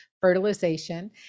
fertilization